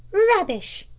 rubbish!